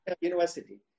university